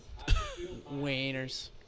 wieners